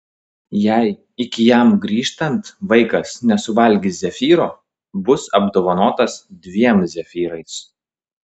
jei iki jam grįžtant vaikas nesuvalgys zefyro bus apdovanotas dviem zefyrais